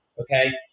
okay